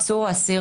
עצור או אסיר,